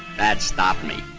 that stopped me,